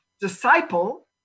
disciple